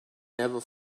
never